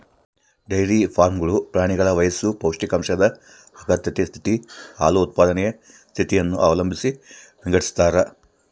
dairy ಫಾರ್ಮ್ಗಳು ಪ್ರಾಣಿಗಳ ವಯಸ್ಸು ಪೌಷ್ಟಿಕಾಂಶದ ಅಗತ್ಯತೆ ಸ್ಥಿತಿ, ಹಾಲು ಉತ್ಪಾದನೆಯ ಸ್ಥಿತಿಯನ್ನು ಅವಲಂಬಿಸಿ ವಿಂಗಡಿಸತಾರ